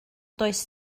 does